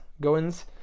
Goins